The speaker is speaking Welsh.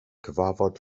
cyfarfod